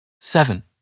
Seven